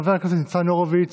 חבר הכנסת ניצן הורוביץ,